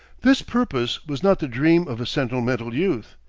this purpose was not the dream of a sentimental youth.